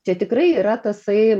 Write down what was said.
čia tikrai yra tasai